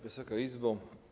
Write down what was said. Wysoka Izbo!